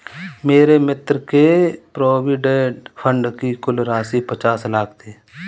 मेरे मित्र के प्रोविडेंट फण्ड की कुल राशि पचास लाख थी